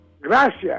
gracias